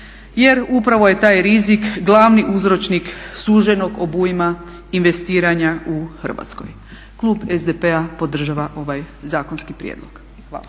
jer upravo je taj rizik glavni uzročnik suženog obujma investiranja u Hrvatskoj. Klub SDP-a podržava ovaj zakonski prijedlog. Hvala.